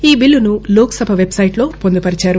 ఈ బిల్లును లోకసభ వెబ్సైట్లో పొందుపరిచారు